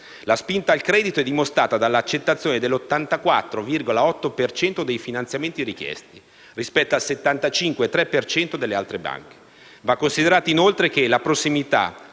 La spinta al credito è dimostrata dall'accettazione dell'84,8 per cento dei finanziamenti richiesti, rispetto al 75,3 per cento delle altre banche. Va considerato inoltre che la prossimità